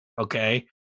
okay